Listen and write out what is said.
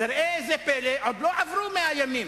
וראה איזה פלא, לא עברו 100 ימים